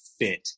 fit